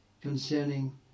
concerning